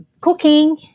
cooking